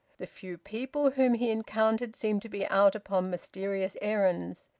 the few people whom he encountered seemed to be out upon mysterious errands,